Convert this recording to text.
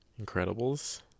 Incredibles